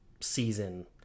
season